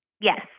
Yes